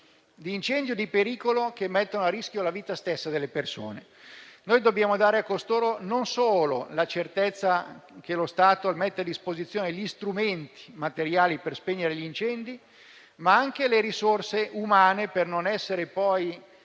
di incendio, di pericolo, che mettono a rischio la vita stessa delle persone. Dobbiamo dare a costoro non solo la certezza che lo Stato mette a disposizione gli strumenti materiali per spegnere gli incendi, ma anche le risorse umane per non essere pochi